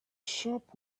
shop